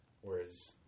Whereas